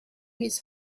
his